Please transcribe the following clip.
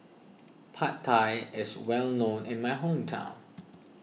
Pad Thai is well known in my hometown